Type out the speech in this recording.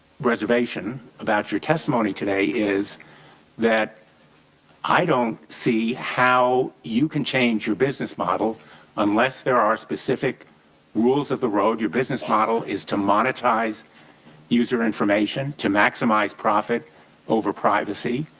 reservation about your testimony today is that i don't see how you can change your business model unless there are specific rules of the road, your business model is to monetize user information, to maximize profit over privacy.